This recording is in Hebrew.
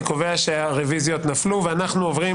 אני קובע שהרוויזיות נפלו ואנחנו עוברים